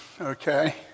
okay